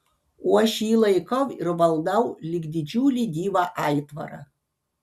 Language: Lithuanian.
o aš jį laikau ir valdau lyg didžiulį gyvą aitvarą